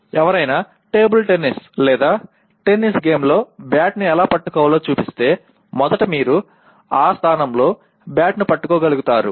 ఎవరైనా table tennis లేదా tennis గేమ్లో బ్యాట్ను ఎలా పట్టుకోవాలో చూపిస్తే మొదట మీరు ఆ స్థానంలో బ్యాట్ను పట్టుకోగలుగుతారు